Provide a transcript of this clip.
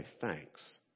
thanks